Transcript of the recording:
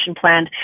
plan